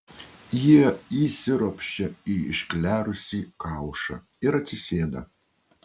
jie įsiropščia į išklerusį kaušą ir atsisėda